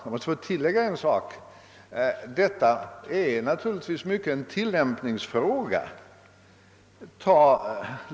Jag måste emellertid tillägga, herr talman, att detta i stor utsträckning är en tillämpningsfråga.